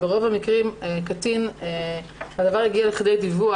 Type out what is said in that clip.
אלו עבירות במקרים שהדבר הגיע לידי דיווח,